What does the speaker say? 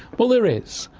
well there is.